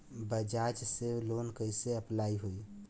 बजाज से लोन कईसे अप्लाई होई?